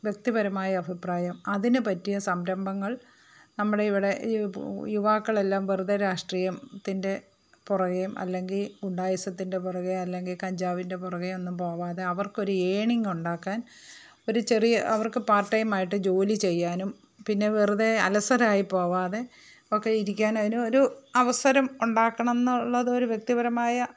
വ്യക്തിപരമായ അഭിപ്രായം അതിനു പറ്റിയ സംരംഭങ്ങൾ നമ്മുടെ ഇവിടെ യുവാക്കളെല്ലാം വെറുതെ രാഷ്ട്രീയത്തിൻ്റെ പുറകെയും അല്ലെങ്കിൽ ഗുണ്ടായിസത്തിൻ്റെ പുറകെയും അല്ലെങ്കിൽ കഞ്ചാവിൻ്റെ പുറകെ ഒന്നും പോവാതെ അവർക്ക് ഒരു ഏണിംഗ് ഉണ്ടാക്കാൻ ഒരു ചെറിയ അവർക്ക് പാർട്ട് ടൈം ആയിട്ട് ജോലി ചെയ്യാനും പിന്നെ വെറുതെ അലസരായി പോവാതെയൊക്കെ ഇരിക്കാനും അതിനു ഒരു അവസരം ഉണ്ടാക്കണം എന്നുള്ള ഒരു വ്യക്തിപരമായ